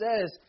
says